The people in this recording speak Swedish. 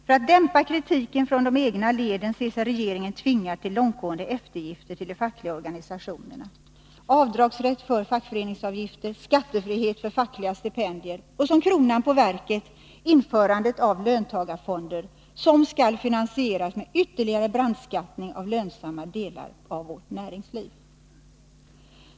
För att dämpa kritiken från de egna leden ser sig regeringen tvingad till långtgående eftergifter till de fackliga organisationerna — avdragsrätt för fackföreningsavgifter, skattefrihet för fackliga stipendier och som kronan på verket införandet av löntagarfonder, som skall finansieras med ytterligare brandskattning av lönsamma delar av vårt näringsliv.